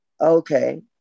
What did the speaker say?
Okay